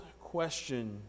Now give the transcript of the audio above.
question